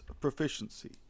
proficiency